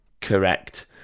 correct